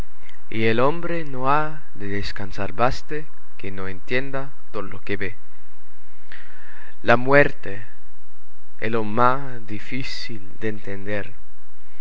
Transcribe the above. y el hombre no ha de descansar baste que no entienda todo lo que ve la muerte es lo más difícil de entender